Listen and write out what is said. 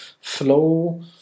flow